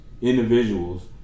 individuals